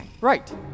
Right